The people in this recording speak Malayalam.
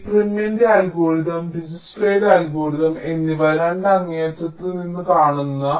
ഈ പ്രിമിന്റെ അൽഗോരിതംprim's algorithm ദിജ്ക്സ്ട്രയുടെ അൽഗോരിതം എന്നിവ 2 അങ്ങേയറ്റത്ത് നിന്ന് കാണുക